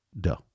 dough